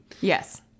Yes